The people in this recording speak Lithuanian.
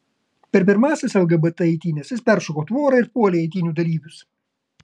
per pirmąsias lgbt eitynes jis peršoko tvorą ir puolė eitynių dalyvius